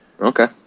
Okay